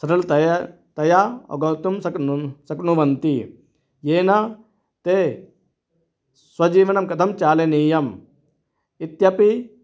सरलतया तया अवगन्तुं सक्नुं शक्नुवन्ति येन ते स्वजीवनं कथं चालनीयम् इत्यपि